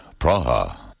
Praha